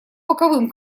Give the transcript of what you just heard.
боковым